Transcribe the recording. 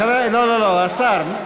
לא, לא, לא, השר.